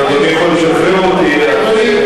אדוני יכול לשחרר אותי.